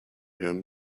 him